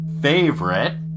favorite